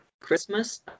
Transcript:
Christmas